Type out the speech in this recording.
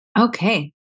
Okay